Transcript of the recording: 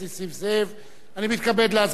אני מתכבד להזמין את שר האוצר